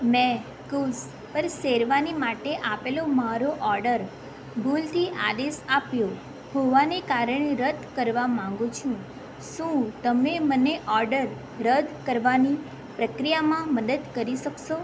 મેં કૂવ્સ પર શેરવાની માટે આપેલો મારો ઓર્ડર ભૂલથી આદેશ આપ્યો હોવાને કારણે રદ કરવા માગું છું શું તમે મને ઓર્ડર રદ કરવાની પ્રક્રિયામાં મદદ કરી શકશો